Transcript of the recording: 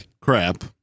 crap